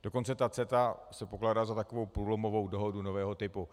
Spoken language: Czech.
Dokonce ta CETA se pokládá za takovou průlomovou dohodu nového typu.